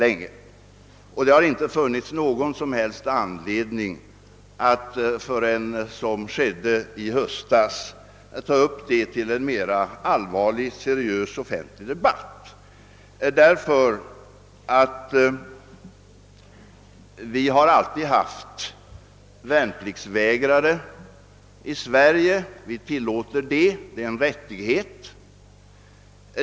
Jag har emellertid inte funnit någon anledning förrän i höstas att ta upp det till en mera seriös offentlig debatt. I Sverige är det en rättighet att vägra värnpliktstjänstgöring, och vi har alltid haft värnpliktsvägrare.